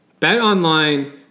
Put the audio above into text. BetOnline